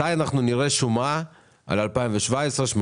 מתי נראה שומה על 2017,2018?